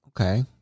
Okay